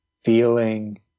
feeling